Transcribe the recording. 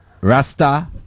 Rasta